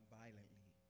violently